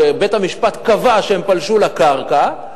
בית-המשפט קבע שהם פלשו לקרקע,